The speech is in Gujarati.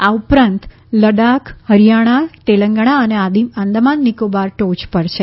આ ઉપરાંત લદાખ હરિયાણા તેલંગણા અને આંદામાન નિકોબાર ટોચ પર છે